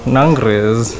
Nangres